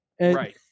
Right